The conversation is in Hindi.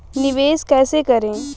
निवेश कैसे करें?